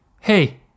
Hey